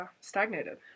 stagnated